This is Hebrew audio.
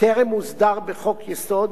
וטרם הוסדר בחוק-יסוד,